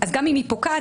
גם אם היא פוקעת,